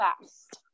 fast